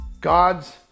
God's